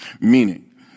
meaning